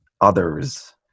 others